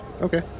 Okay